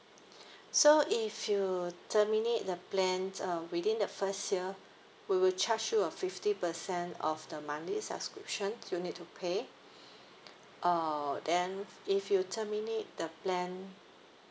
so if you terminate the plans uh within the first year we will charge you a fifty percent of the monthly subscription you need to pay uh then if you terminate the plan